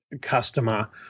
customer